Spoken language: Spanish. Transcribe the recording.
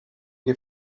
que